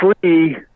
free